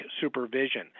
supervision